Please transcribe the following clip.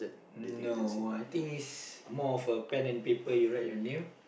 no I think it's more of a pen and paper you write your name